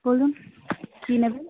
বলুন কী নেবেন